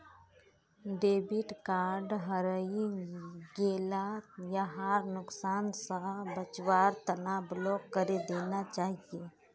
debit card हरई गेला यहार नुकसान स बचवार तना ब्लॉक करे देना चाहिए